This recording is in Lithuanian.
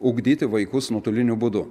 ugdyti vaikus nuotoliniu būdu